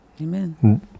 Amen